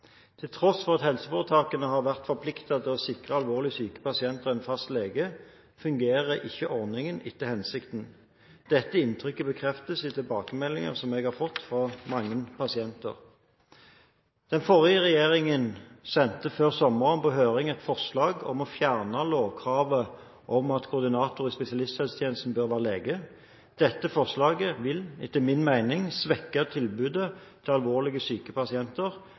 Til tross for at helseforetakene har vært forpliktet til å sikre alvorlige syke pasienter en fast lege, fungerer ikke ordningen etter hensikten. Dette inntrykket bekreftes av tilbakemeldinger som jeg har fått fra mange pasienter. Den forrige regjeringen sendte før sommeren på høring et forslag om å fjerne lovkravet om at koordinator i spesialisthelsetjenesten bør være lege. Dette forslaget vil etter min mening svekke tilbudet til alvorlig syke pasienter.